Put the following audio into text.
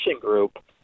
group